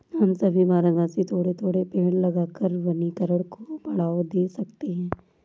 हम सभी भारतवासी थोड़े थोड़े पेड़ लगाकर वनीकरण को बढ़ावा दे सकते हैं